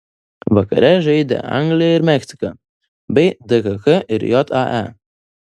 vakar žaidė anglija ir meksika bei dkk ir jae